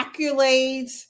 accolades